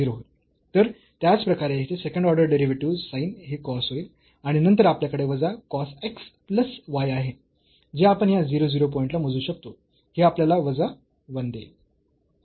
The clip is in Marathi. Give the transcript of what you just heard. तर त्याचप्रकारे येथे सेकंड ऑर्डर डेरिव्हेटिव्हस् sin हे cos होईल आणि नंतर आपल्याकडे वजा कॉस x प्लस y आहे जे आपण या 0 0 पॉईंट ला मोजू शकतो आणि हे आपल्याला वजा 1 देईल